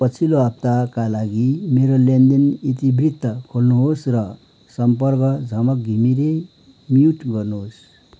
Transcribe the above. पछिल्लो हप्ताका लागि मेरो लेनदेन इतिवृत्त खोल्नुहोस् र सम्पर्क झमक घिमिरे म्युट गर्नुहोस्